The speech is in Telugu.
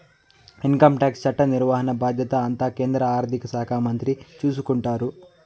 ఇన్కంటాక్స్ చట్ట నిర్వహణ బాధ్యత అంతా కేంద్ర ఆర్థిక శాఖ మంత్రి చూసుకుంటారు